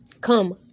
come